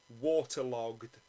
waterlogged